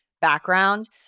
background